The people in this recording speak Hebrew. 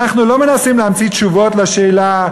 אנחנו לא מנסים להמציא תשובות לשאלה,